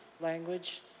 language